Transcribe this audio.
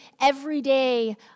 everyday